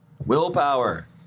willpower